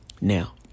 Now